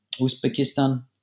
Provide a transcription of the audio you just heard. Uzbekistan